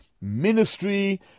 ministry